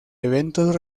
eventos